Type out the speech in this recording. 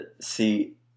see